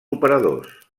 operadors